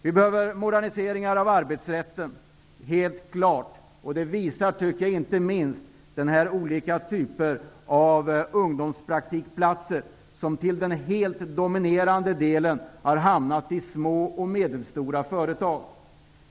Vi behöver helt klart moderniseringar av arbetsrätten. Det visar inte minst olika typer av ungdomspraktikplatser, som till den helt dominerande delen har hamnat i små och medelstora företag.